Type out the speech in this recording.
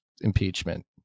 impeachment